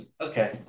Okay